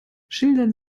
schildern